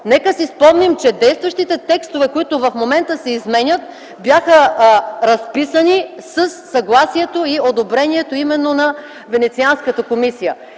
Нека си спомним, че действащите текстове, които се изменят в момента, бяха разписани със съгласието и одобрението именно на Венецианската комисия.